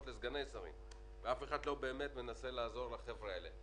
לסגני שרים ואף אחד לא באמת מנסה לעזור לחבר'ה האלה.